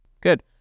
Good